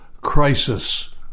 crisis